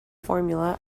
formula